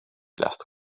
last